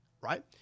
right